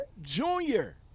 Junior